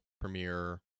premiere